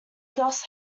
doss